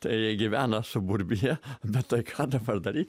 tai gyvena suburbija bet tai ką dabar daryt